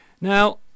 Now